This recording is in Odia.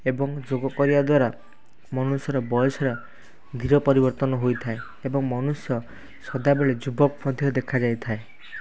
ଏବଂ ଯୋଗ କରିବା ଦ୍ୱାରା ମନୁଷ୍ୟର ବୟସର ଧୀର ପରିବର୍ତ୍ତନ ହୋଇଥାଏ ଏବଂ ମନୁଷ୍ୟ ସଦା ବେଳେ ଯୁବକ ମଧ୍ୟ ଦେଖା ଯାଇଥାଏ